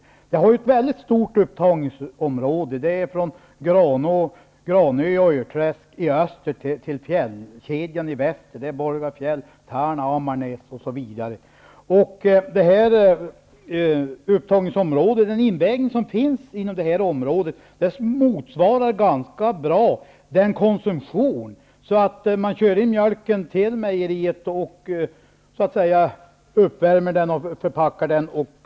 Mejeriet har ett stort upptagningsområde: från Granö och Tärna, Ammarnäs osv. Invägningen inom upptagningsområdet motsvarar ganska bra konsumtionen. Man kör in mjölken till mejeriet, värmer upp den och förpackar den.